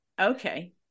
okay